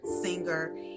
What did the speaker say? singer